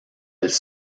elles